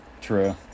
True